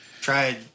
Try